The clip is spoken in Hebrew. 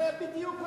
זה בדיוק מה,